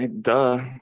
Duh